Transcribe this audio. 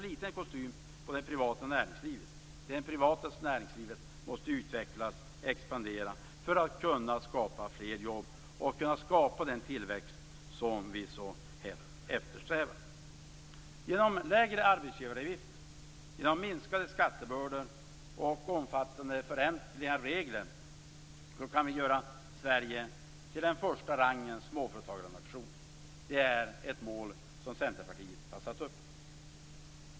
Det privata näringslivet måste utvecklas och expandera för att kunna skapa fler jobb och kunna skapa den tillväxt som vi så hett eftersträvar. Genom lägre arbetsgivaravgifter, genom minskade skattebördor och omfattande förändringar av regler kan vi göra Sverige till en första rangens småföretagarnation. Det är ett mål som Centerpartiet har satt upp.